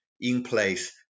in-place